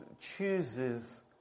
chooses